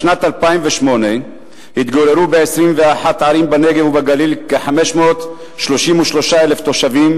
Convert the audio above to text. בשנת 2008 התגוררו ב-21 ערים בנגב ובגליל כ-533,000 תושבים.